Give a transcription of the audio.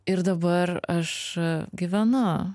ir dabar aš gyvenu